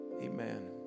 Amen